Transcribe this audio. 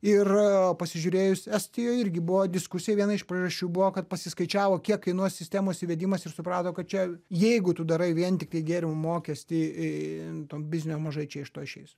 ir pasižiūrėjus estijoj irgi buvo diskusija viena iš priežasčių buvo kad pasiskaičiavo kiek kainuos sistemos įvedimas ir suprato kad čia jeigu tu darai vien tiktai gėrimų mokestį to biznio mažai čia iš to išeis